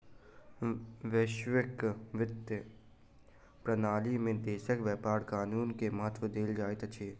वैश्विक वित्तीय प्रणाली में देशक व्यापार कानून के महत्त्व देल जाइत अछि